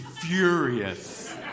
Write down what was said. furious